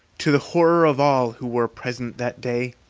to the horror of all who were present that day.